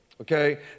Okay